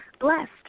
Blessed